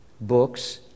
books